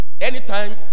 anytime